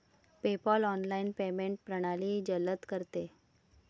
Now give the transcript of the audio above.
PayPal online payment प्रणाली जलद करते